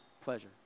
pleasure